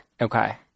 Okay